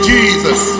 Jesus